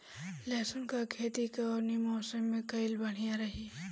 लहसुन क खेती कवने मौसम में कइल बढ़िया रही?